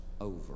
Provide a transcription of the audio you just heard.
over